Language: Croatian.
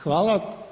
Hvala.